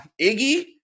Iggy